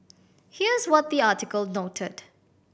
here's what the article noted